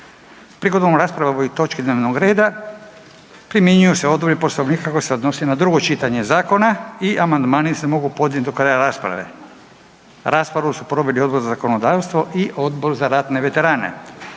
Prigodom rasprave o ovoj točki dnevnog reda primjenjuju se odredbe Poslovnika koje se odnose na drugo čitanje zakona. I amandmani se mogu podnijet do kraja rasprave. Raspravu su proveli Odbor za zakonodavstvo i Odbor za ratne veterane.